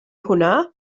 hwnna